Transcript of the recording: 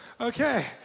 Okay